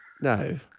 No